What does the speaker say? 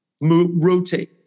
rotate